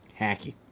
Hacky